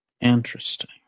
Interesting